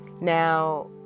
Now